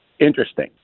interesting